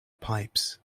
pipes